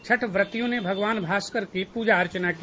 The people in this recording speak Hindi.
छठ व्रतियों ने भगवान भास्कर की पूजा अर्चना की